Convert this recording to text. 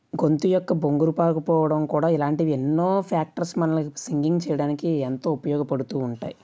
గొంతు యొక్క బొంగురుపాకపోవడం కూడా ఇలాంటివి ఎన్నో ఫ్యాక్టర్స్ మనల్ని సింగింగ్ చేయడానికి ఎంతో ఉపయోగపడుతూ ఉంటాయి